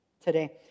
today